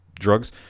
drugs